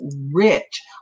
rich